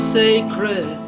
sacred